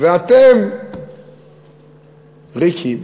ואתם ריקים.